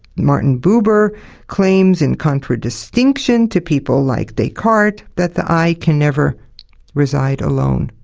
martin buber claims in contradistinction to people like descartes that the i can never reside alone.